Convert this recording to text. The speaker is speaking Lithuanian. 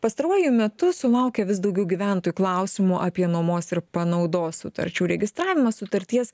pastaruoju metu sulaukia vis daugiau gyventojų klausimų apie nuomos ir panaudos sutarčių registravimus sutarties